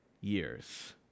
years